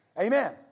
Amen